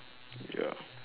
ya